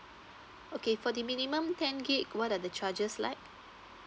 okay for the minimum ten G_B what are the charges like